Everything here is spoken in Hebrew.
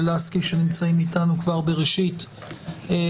לסקי והשכל שנמצאים אתנו כבר בראשית הדיון.